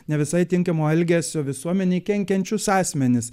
ne visai tinkamo elgesio visuomenei kenkiančius asmenis